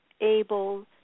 able